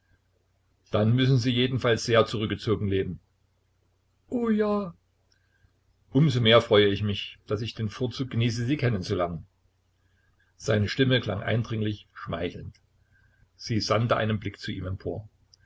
dann müssen sie jedenfalls sehr zurückgezogen leben o ja um so mehr freue ich mich daß ich den vorzug genieße sie kennen zu lernen seine stimme klang eindringlich schmeichelnd sie sandte einen blick zu ihm empor